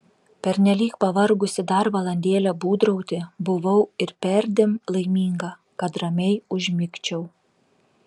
pernelyg pavargusi dar valandėlę būdrauti buvau ir perdėm laiminga kad ramiai užmigčiau